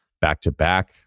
back-to-back